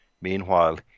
Meanwhile